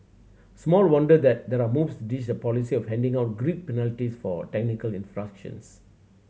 small wonder that there are moves to ditch the policy of handing out grid penalties for technical infractions